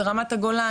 זה רמת הגולן,